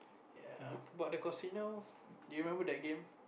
ya but the casino do you remember that game